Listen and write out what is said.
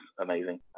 amazing